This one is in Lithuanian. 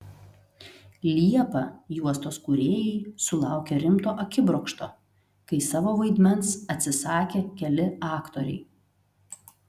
liepą juostos kūrėjai sulaukė rimto akibrokšto kai savo vaidmens atsisakė keli aktoriai